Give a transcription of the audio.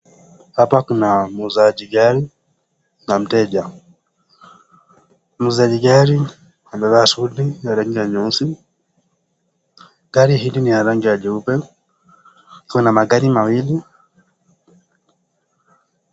Hapa kuna mwuzaji gari na mteja. Mwuzaji gari amevaa suti ya rangi ya nyeusi. Gari hili ni la rangi ya jeupe. Kuna magari mawili.